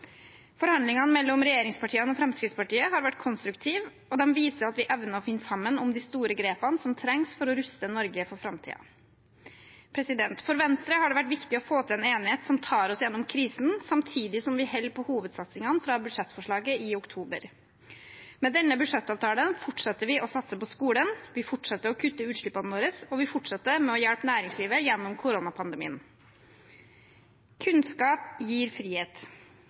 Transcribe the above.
Forhandlingene mellom regjeringspartiene og Fremskrittspartiet har vært konstruktive, og de viser at vi evner å finne sammen om de store grepene som trengs for å ruste Norge for framtiden. For Venstre har det vært viktig å få til en enighet som tar oss gjennom krisen, samtidig som vi holder på hovedsatsingene fra budsjettforslaget i oktober. Med denne budsjettavtalen fortsetter vi å satse på skolen, vi fortsetter å kutte utslippene våre, og vi fortsetter med å hjelpe næringslivet gjennom koronapandemien. Kunnskap gir frihet.